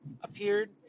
appeared